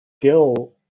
skill